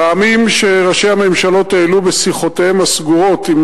פעמים ראשי הממשלות העלו בשיחותיהם הסגורות עם